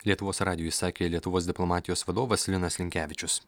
lietuvos radijui sakė lietuvos diplomatijos vadovas linas linkevičius